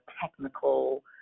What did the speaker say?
technical